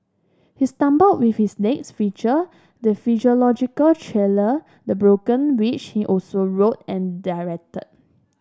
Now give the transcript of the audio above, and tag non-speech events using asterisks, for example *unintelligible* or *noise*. he stumbled with his next feature the *unintelligible* thriller The Broken which he also wrote and directed